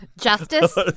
justice